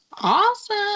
Awesome